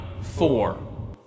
four